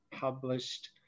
published